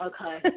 Okay